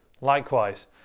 Likewise